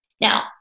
Now